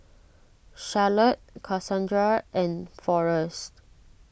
Charlotte Kasandra and Forest